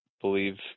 believe